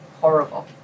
horrible